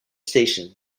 station